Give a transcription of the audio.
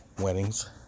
weddings